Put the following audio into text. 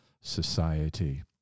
society